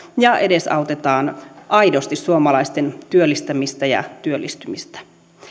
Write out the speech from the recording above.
ja edesautetaan aidosti suomalaisten työllistämistä ja työllistymistä